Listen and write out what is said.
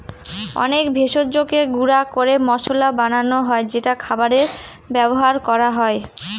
অনেক ভেষজকে গুঁড়া করে মসলা বানানো হয় যেটা খাবারে ব্যবহার করা হয়